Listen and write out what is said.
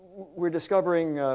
we're discovering